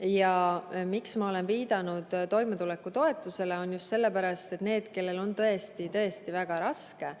Ja miks ma olen viidanud toimetulekutoetusele? Just sellepärast, et need, kellel on tõesti väga raske,